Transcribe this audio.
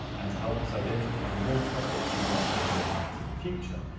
and to help us identify more topics you'd like to hear about in the future.